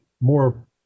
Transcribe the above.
more